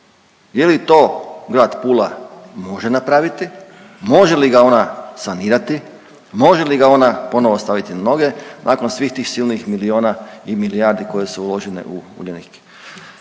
Je li to Grad Pula može napraviti, može li ga ona sanirati, može li ga ona ponovo staviti na noge nakon svih tih silnih miliona i milijardi koje su uložene u Uljanik.